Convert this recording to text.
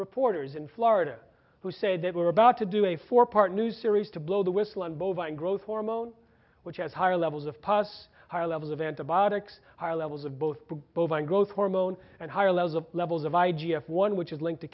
reporters in florida who say that we're about to do a four part new series to blow the whistle on bovine growth hormone which has higher levels of pas higher levels of antibiotics higher levels of both bovine growth hormone and higher levels of levels of i g f one which is linked to